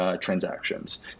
transactions